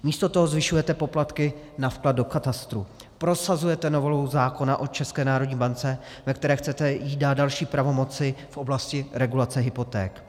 Místo toho zvyšujete poplatky na vklad do katastru, prosazujete novelu zákona o České národní bance, ve které jí chcete dát další pravomoci v oblasti regulace hypoték.